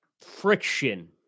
friction